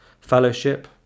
fellowship